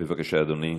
בבקשה, אדוני.